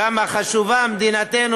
כמה חשובה מדינתנו,